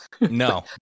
no